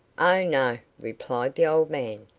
oh, no, replied the old man,